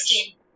Okay